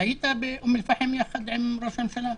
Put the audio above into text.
היית באום אל פאחם יחד עם ראש הממשלה?